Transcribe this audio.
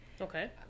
okay